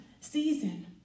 season